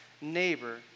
neighbor